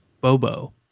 Bobo